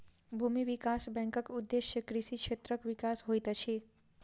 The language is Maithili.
भूमि विकास बैंकक उदेश्य कृषि क्षेत्रक विकास होइत अछि